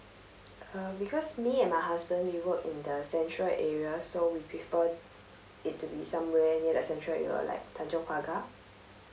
uh because me and my husband we work in the central area so we prefer it to be somewhere near the central area like tanjong pagar